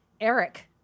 Eric